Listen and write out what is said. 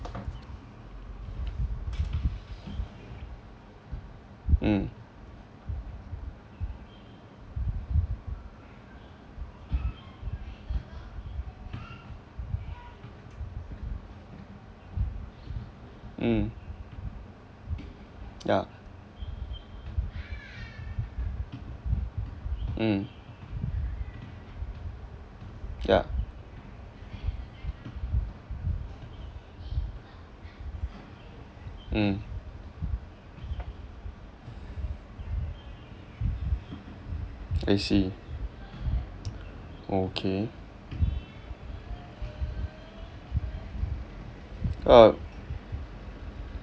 mm mm ya mm ya mm I see okay oh